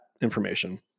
information